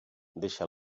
deixa